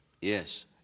Yes